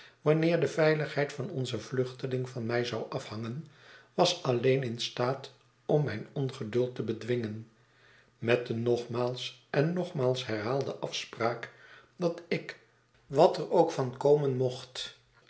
wanneer de veiligheid van onzen vluchteling van mij zou afhangen was alleen in staat om mijn ongeduld te bedwingen met de nogmaals en nogmaals herhaalde afspraak dat ik wat er ook van komen mocht